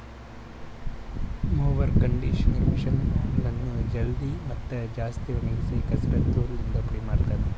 mower conditioner machine ಹುಲ್ಲನ್ನು ಜಲ್ದಿ ಮತ್ತ ಜಾಸ್ತಿ ಒಣಗುಸಿ ಕತ್ತುರಸಿದ ಹುಲ್ಲಿಂದ ಪುಡಿ ಮಾಡ್ತುದ